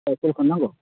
फुलखोनो नांगौ